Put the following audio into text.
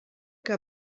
que